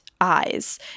eyes